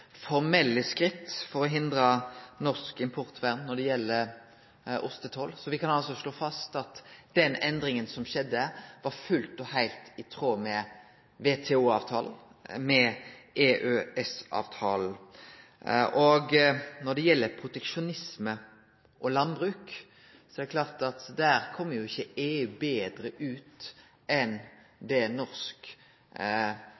formelle skritt for å hindre norsk importvern når det gjeld ostetoll, så me kan altså slå fast at den endringa som skjedde, var fullt og heilt i tråd med WTO-avtalen, med EØS-avtalen. Når det gjeld proteksjonisme og landbruk, er det klart at der kjem jo ikkje EU betre ut enn